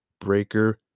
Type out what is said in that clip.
Breaker